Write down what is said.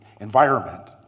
environment